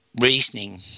reasoning